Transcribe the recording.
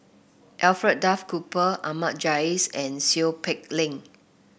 Alfred Duff Cooper Ahmad Jais and Seow Peck Leng